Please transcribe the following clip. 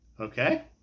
Okay